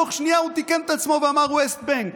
תוך שניה הוא תיקן את עצמו ואמר: West Bank.